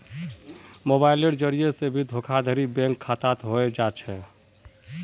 मोबाइलेर जरिये से भी धोखाधडी बैंक खातात हय जा छे